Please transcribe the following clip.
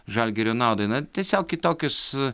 žalgirio naudai na tiesiog į tokius